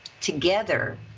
together